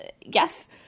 yes